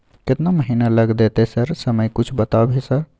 केतना महीना लग देतै सर समय कुछ बता भी सर?